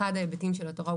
אחד ההיבטים של התורה,